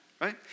right